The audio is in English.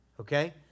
okay